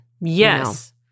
Yes